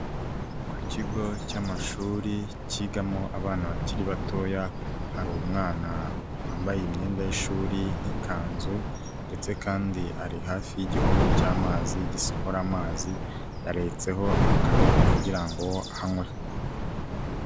Ku kigo cy'amashuri cyigamo abana bakiri batoya, hari umwana wambaye imyenda y'ishuri nk'ikanzu, ndetse kandi ari hafi y'igihombo cy'amazi gisohora amazi, yaretseho akaboko kugira ngo anywe.